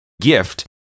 gift